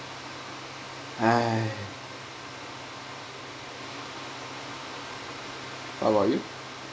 !hais! how about you